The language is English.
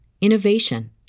innovation